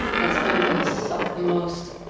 that's how you're gonna suck the most,